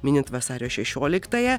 minint vasario šešioliktąją